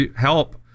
help